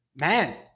man